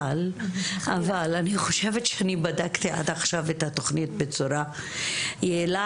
אבל אני חושבת שאני בדקתי עד עכשיו את התכנית בצורה יעילה.